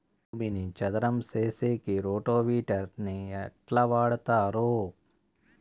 భూమిని చదరం సేసేకి రోటివేటర్ ని ఎట్లా వాడుతారు?